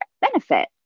benefit